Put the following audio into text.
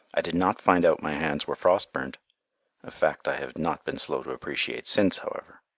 i did not find out my hands were frost-burnt a fact i have not been slow to appreciate since, however.